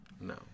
No